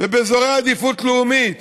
ובאזורי עדיפות לאומית,